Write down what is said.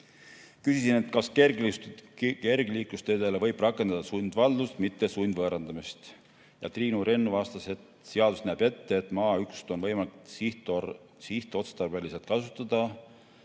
Küsisin, kas kergliiklusteede puhul võib rakendada sundvaldust, mitte sundvõõrandamist. Triinu Rennu vastas, et seadus näeb ette, et kui maaüksust on võimalik sihtotstarbeliselt kasutada,